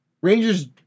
Rangers